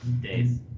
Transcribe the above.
days